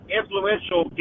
influential